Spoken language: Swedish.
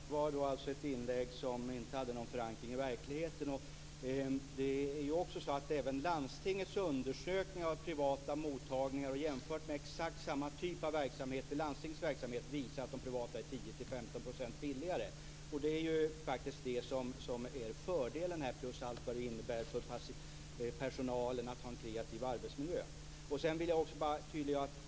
Fru talman! Detta var ett inlägg som inte har någon förankring i verkligheten. Även landstingets undersökning av privata mottagningar jämfört med exakt samma typ av verksamhet i landstingets regi visar att de privata är 10-15 % billigare. Det är faktiskt detta som är fördelen plus allt vad det innebär för personalen med att ha en kreativ arbetsmiljö. Jag vill också göra ett tydliggörande.